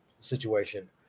situation